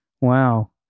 Wow